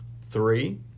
Three